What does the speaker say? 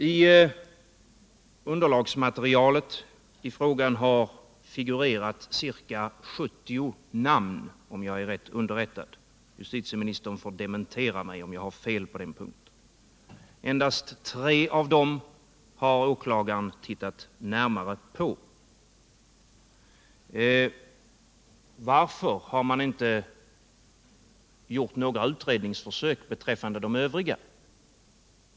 I underlagsmaterialet i frågan har figurerat ca 70 namn, om jag är riktigt underrättad. Justitieministern får dementera uppgiften om jag har fel på den punkten. Endast tre av dem har åklagaren tittat närmare på. Varför har man inte gjort några utredningsförsök beträffande de övriga?